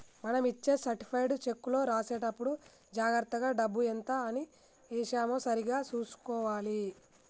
మనం ఇచ్చే సర్టిఫైడ్ చెక్కులో రాసేటప్పుడే జాగర్తగా డబ్బు ఎంత అని ఏశామో సరిగ్గా చుసుకోవాలే